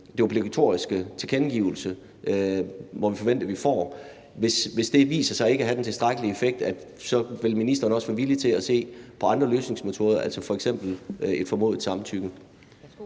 den obligatoriske tilkendegivelse, som vi forventer, og det viser sig ikke at have den tilstrækkelige effekt, så vil ministeren også være villig til at se på andre løsningsmetoder, f.eks. et formodet samtykke.